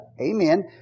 amen